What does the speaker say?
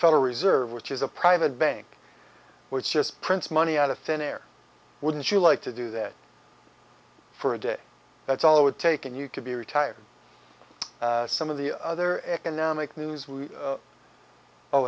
federal reserve which is a private bank which just prints money out of thin air wouldn't you like to do that for a day that's all it would take and you could be retired some of the other economic news we